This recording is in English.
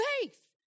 faith